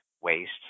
waste